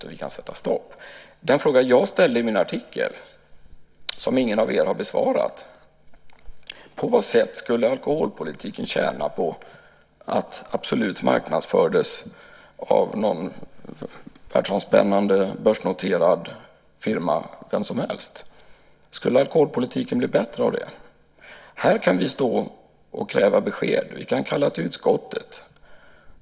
Den fråga som jag ställde i min artikel som ingen av er har besvarat var: På vad sätt skulle alkoholpolitiken tjäna på att Absolut marknadsfördes av någon världsomspännande, börsnoterad firma vilken som helst? Skulle alkoholpolitiken bli bättre av det? Här kan vi kräva besked. Vi kan kalla till utskottet.